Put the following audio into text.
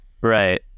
Right